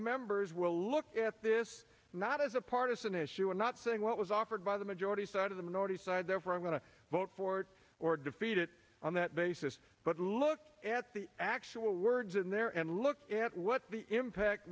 members will look at this not as a partisan issue i'm not saying what was offered by the majority side of the minority side therefore i'm going to vote for it or defeat it on that basis but look at the actual words in there and look at what the impact